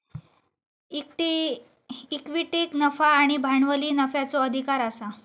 इक्विटीक नफा आणि भांडवली नफ्याचो अधिकार आसा